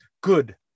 good